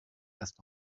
erst